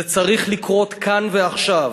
זה צריך לקרות כאן ועכשיו.